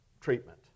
treatment